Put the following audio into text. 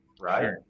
right